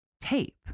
tape